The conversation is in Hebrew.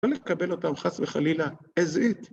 ‫לא נקבל אותם חס וחלילה as it.